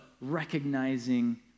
recognizing